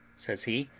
says he,